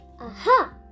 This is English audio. Aha